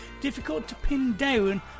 difficult-to-pin-down